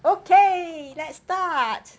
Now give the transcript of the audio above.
okay let's start